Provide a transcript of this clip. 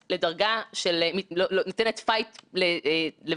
1) למה לא המלצתם להקים ועדת חקירה ממלכתית?